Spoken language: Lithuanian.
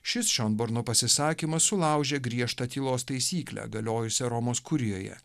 šis šionborno pasisakymas sulaužė griežtą tylos taisyklę galiojusią romos kurijoje